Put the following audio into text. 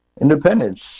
independence